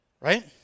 Right